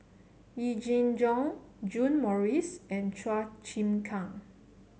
Yee Jenn Jong John Morrice and Chua Chim Kang